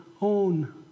own